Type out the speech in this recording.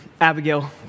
Abigail